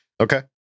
Okay